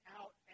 out